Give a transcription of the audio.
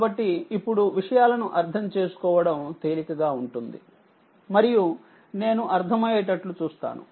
కాబట్టి ఇప్పుడువిషయాలను అర్ధం చేసుకోవడం తేలికగాఉంటుంది మరియు నేను అర్థమయ్యేటట్లు చూస్తాను